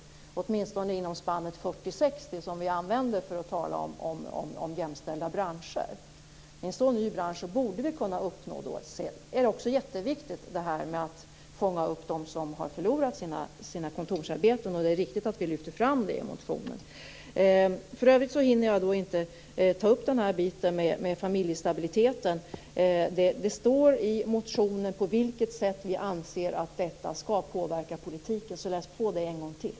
Åtminstone borde vi kunna hålla oss inom spannet 40-60, som vi använder när vi talar om jämställda branscher. I en sådan ny bransch är det också jätteviktigt att fånga upp dem som har förlorat sina kontorsarbeten, och det är riktigt att vi lyfter fram det i motionen. Jag hinner inte ta upp frågan om familjestabiliteten. Det står i motionen på vilket sätt vi anser att detta skall påverka politiken. Läs på det en gång till.